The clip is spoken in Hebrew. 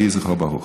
יהי זכרו ברוך.